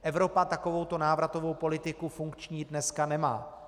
Evropa takovouto návratovou politiku funkční dneska nemá.